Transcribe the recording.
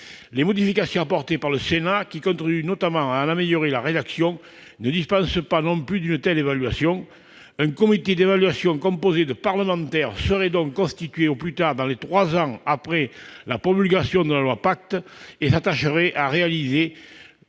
Les modifications apportées par le Sénat, qui contribuent notamment à améliorer la rédaction de ce dispositif, ne dispensent pas d'une telle évaluation. Un comité d'évaluation composé de parlementaires serait donc constitué au plus tard dans les trois ans après la promulgation de la loi PACTE ; il s'attacherait à réaliser